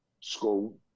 school